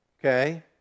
Okay